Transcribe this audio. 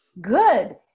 Good